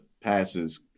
passes